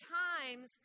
times